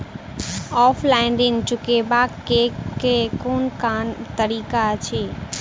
Offline ऋण चुकाबै केँ केँ कुन तरीका अछि?